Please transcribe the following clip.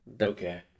Okay